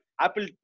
Apple